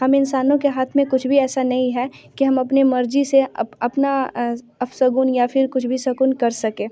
हम इंसानों को हाथ में कुछ भी ऐसा नहीं है कि हम अपनी मर्ज़ी से अपना अपशगुन या फिर कुछ भी शगुन कर सकें